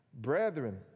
Brethren